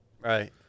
Right